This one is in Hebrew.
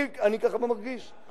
אני ככה מרגיש,